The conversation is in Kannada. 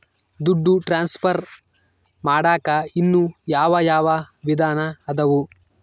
ದುಡ್ಡು ಟ್ರಾನ್ಸ್ಫರ್ ಮಾಡಾಕ ಇನ್ನೂ ಯಾವ ಯಾವ ವಿಧಾನ ಅದವು?